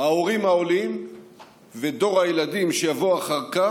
ההורים העולים ודור הילדים שיבוא אחר כך,